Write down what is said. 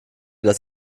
das